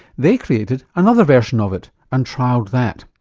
they created another version of it and trialled that.